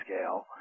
scale